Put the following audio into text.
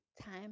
time